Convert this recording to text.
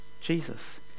Jesus